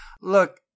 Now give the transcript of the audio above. look